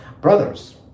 brothers